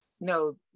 no